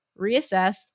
reassess